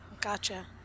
gotcha